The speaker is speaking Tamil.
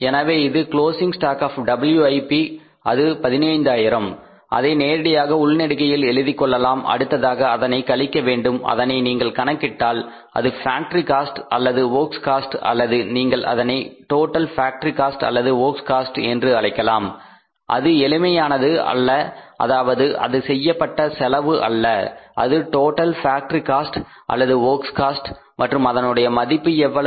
எனவே இது க்ளோஸிங் ஸ்டாக் ஆப் WIP அது 15000 அதை நேரடியாக உள்நெடுக்கையில் எழுதிக் கொள்ளலாம் அடுத்ததாக அதனை கழிக்க வேண்டும் அதனை நீங்கள் கணக்கிட்டால் அது ஃபேக்டரி காஸ்ட் அல்லது வொர்க்ஸ் காஸ்ட் அல்லது நீங்கள் அதனை டோட்டல் ஃபேக்டரி காஸ்ட் அல்லது வொர்க்ஸ் காஸ்ட் என்று அழைக்கலாம் அது எளிமையானது அல்ல அதாவது அது செய்யப்பட்ட செலவு அல்ல அது டோட்டல் ஃபேக்டரி காஸ்ட் அல்லது வொர்க்ஸ் காஸ்ட் மற்றும் அதனுடைய மதிப்பு எவ்வளவு